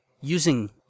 using